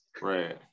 Right